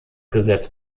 gesetz